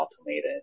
automated